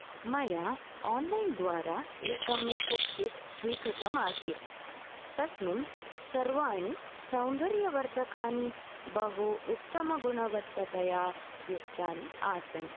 मया आन्लैन् द्वारा एकं मेकप् किट् स्वीकृतमासीत् तस्मिन् सर्वाणि सौन्दर्यवर्धकानि बहु उत्तमगुणवत्ततया युक्तानि आसन्